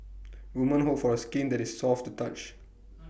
woman hope for A skin that is soft to touch